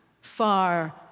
far